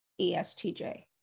ESTJ